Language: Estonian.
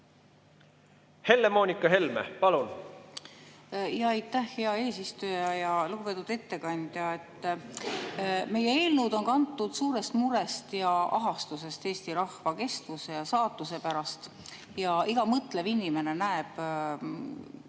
Helle-Moonika Helme, palun! Aitäh, hea eesistuja! Lugupeetud ettekandja! Meie eelnõud on kantud suurest murest ja ahastusest eesti rahva kestmise ja saatuse pärast. Iga mõtlev inimene näeb,